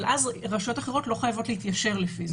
אבל אז רשויות אחרות לא חייבות להתיישר לפי זה.